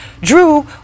Drew